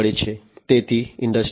તેથી ઇન્ડસ્ટ્રી 4